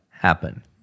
happen